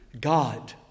God